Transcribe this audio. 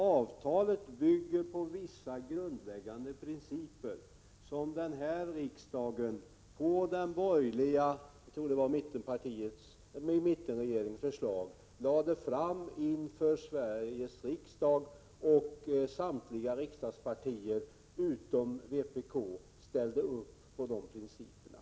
Avtalet bygger på vissa grundläggande principer som lades fram inför Sveriges riksdag i ett förslag från, jag tror att det var, mittenregeringen. Samtliga riksdagspartier utom vpk ställde upp på de principerna.